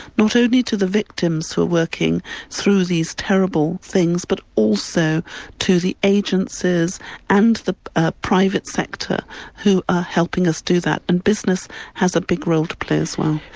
not only to the victims who are working through these terrible things, but also to the agencies and the ah private sector who are helping us do that, and business has a big role to play as well.